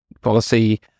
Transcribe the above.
policy